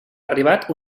arribat